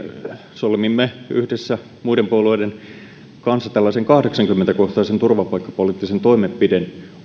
solmimme yhdessä muiden puolueiden kanssa tällaisen kahdeksankymmentäkohtaisen turvapaikkapoliittisen toimenpideohjelman